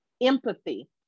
empathy